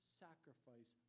sacrifice